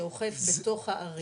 שאוכף בתוך הערים.